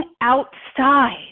outside